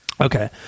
Okay